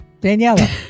Daniela